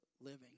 living